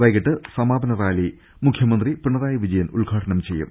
പൈകിട്ട് സമാപന റാലി മുഖ്യമന്ത്രി പിണറായി വിജയൻ ഉദ്ഘാടനം ചെയ്യും